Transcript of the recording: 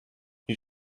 you